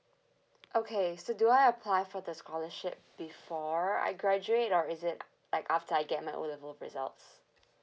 okay so do I apply for the scholarship before I graduate or is it like after I get my O level results